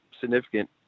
significant